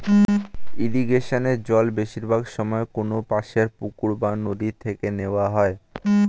ইরিগেশনে জল বেশিরভাগ সময়ে কোনপাশের পুকুর বা নদি থেকে নেওয়া হয়